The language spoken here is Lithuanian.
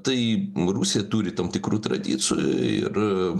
tai rusija turi tam tikrų tradicijų ir